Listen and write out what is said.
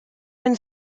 been